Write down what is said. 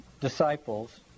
disciples